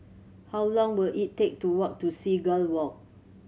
how long will it take to walk to Seagull Walk